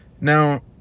Now